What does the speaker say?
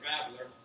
traveler